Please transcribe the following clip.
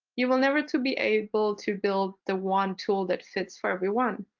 you will never to be able to build the one tool that fits for everyone.